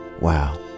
wow